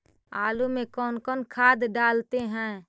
आलू में कौन कौन खाद डालते हैं?